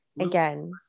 again